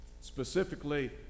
specifically